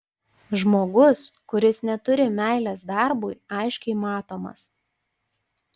žmogus kuris neturi meilės darbui aiškiai matomas